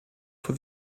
for